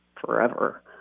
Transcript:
forever